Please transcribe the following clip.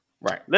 right